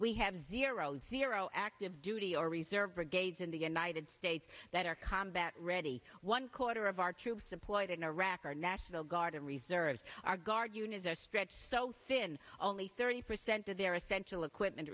have zero zero active duty or reserve brigades in the united states that are combat ready one quarter of our troops deployed in iraq are nashville guard and reserves our guard units are stretched so thin only thirty percent of their essential equipment